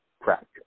practice